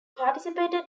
participated